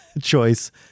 choice